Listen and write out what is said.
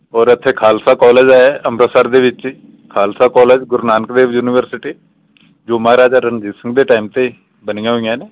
ਔਰ ਇੱਥੇ ਖਾਲਸਾ ਕੋਲੇਜ ਹੈ ਅੰਮ੍ਰਿਤਸਰ ਦੇ ਵਿੱਚ ਹੀ ਖਾਲਸਾ ਕੋਲੇਜ ਗੁਰੂ ਨਾਨਕ ਦੇਵ ਯੂਨੀਵਰਸਿਟੀ ਜੋ ਮਹਾਰਾਜਾ ਰਣਜੀਤ ਸਿੰਘ ਦੇ ਟਾਈਮ 'ਤੇ ਬਣੀਆਂ ਹੋਈਆਂ ਨੇ